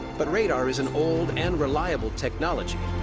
but radar is an old and reliable technology.